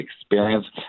experience